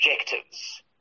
objectives